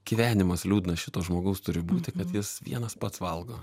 gyvenimas liūdnas šito žmogaus turi būti kad jis vienas pats valgo